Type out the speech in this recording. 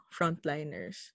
frontliners